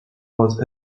was